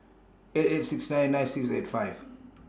eight eight six nine nine six eight five